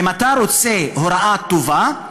אם אתה רוצה הוראה טובה,